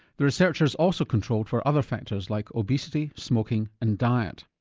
the researchers also controlled for other factors like obesity, smoking and diet.